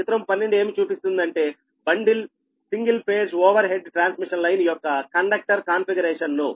చిత్రము 12 ఏమి చూపిస్తుంది అంటే bundle single phase overhead transmission line యొక్క కండక్టర్ కాన్ఫిగరేషన్ ను